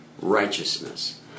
righteousness